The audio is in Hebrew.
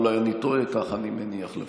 אולי אני טועה, כך אני מניח לפחות.